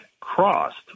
crossed